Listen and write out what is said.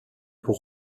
pour